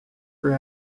were